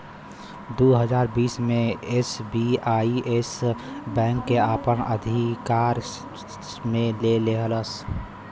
दू हज़ार बीस मे एस.बी.आई येस बैंक के आपन अशिकार मे ले लेहलस